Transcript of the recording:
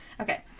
Okay